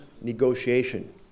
negotiation